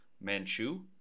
manchu